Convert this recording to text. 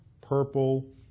purple